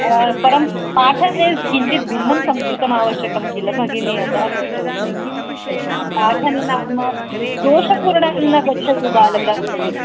परं पाठने किञ्चित् भिन्नं संस्कृतम् आवश्यकं किल भगिनि अतः पृष्टवती पाठने नाम दोषपूर्णं न गच्छतु बालिकां कृते